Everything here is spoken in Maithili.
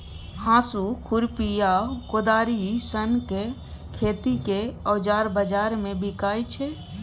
हाँसु, खुरपी आ कोदारि सनक खेतीक औजार बजार मे बिकाइ छै